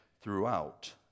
throughout